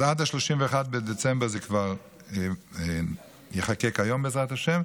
אז עד 31 בדצמבר זה כבר ייחקק היום, בעזרת השם,